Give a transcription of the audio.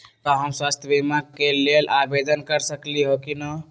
का हम स्वास्थ्य बीमा के लेल आवेदन कर सकली ह की न?